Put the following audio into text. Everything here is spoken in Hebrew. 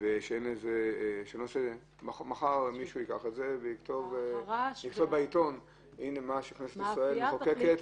כי מחר עוד מישהו יכתוב בעיתון על מה שכנסת ישראל מחוקקת.